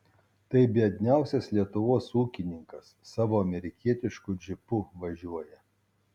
tai biedniausias lietuvos ūkininkas savo amerikietišku džipu važiuoja